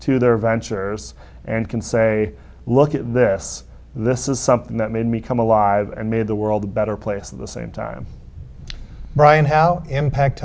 to their ventures and can say look at this this is something that made me come alive and made the world a better place of the same time brian how impact